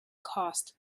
cost